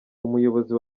umuyobozi